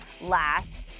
last